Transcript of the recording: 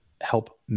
help